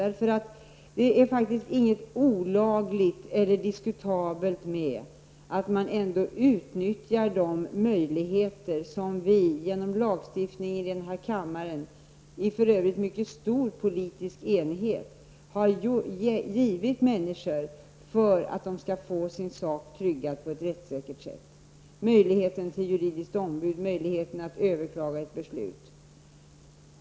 Det är faktiskt inget olagligt eller diskutabelt med att människor utnyttjar de möjligheter som vi, genom lagar stiftade av denna kammare -- för övrigt i mycket stor politisk enighet -- har givit människor för att de skall kunna få sin sak prövad på ett rättssäkert sätt. Det gäller möjligheten till juridiskt ombud och möjligheten att överklaga ett beslut.